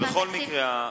בכל מקרה,